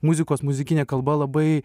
muzikos muzikinė kalba labai